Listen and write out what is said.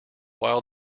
while